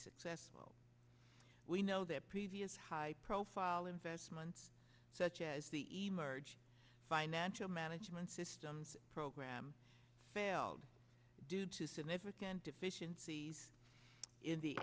successful we know that previous high profile investments such as the emerge financial management systems program failed due to significant deficiencies in the